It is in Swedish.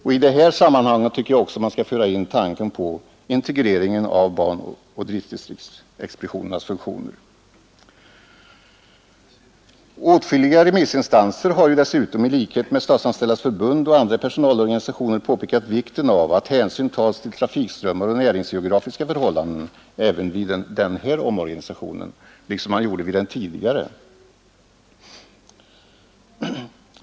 I detta sammanhang tycker jag också att man skall föra in tanken på integreringen av banoch driftsexpeditionernas funktioner. Åtskilliga remissinstanser har dessutom i likhet med Statsanställdas förbund och andra personalorganisationer påpekat vikten av att hänsyn tas till trafikströmmar och näringsgeografiska förhållanden även vid denna omorganisation såsom man gjorde vid den tidigare.